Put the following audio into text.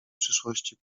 przyszłości